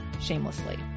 shamelessly